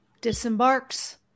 disembarks